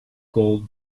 gold